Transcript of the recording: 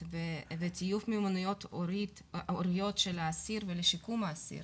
וטיוב מיומנויות הוריות של האסיר ולשיקום האסיר.